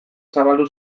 zabaldu